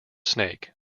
snake